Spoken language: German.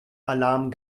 alarm